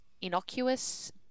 innocuous